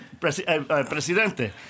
Presidente